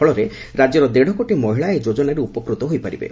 ଫଳରେ ରାଜ୍ୟର ଦେଢକୋଟି ମହିଳା ଏହି ଯୋଜନାରେ ଉପକୃତ ହୋଇପାରିବେ